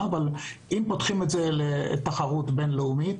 אבל אם פותחים את זה לתחרות בין-לאומית